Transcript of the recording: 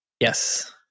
Yes